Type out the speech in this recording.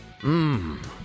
Mmm